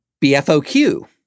BFOQ